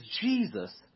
Jesus